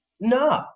No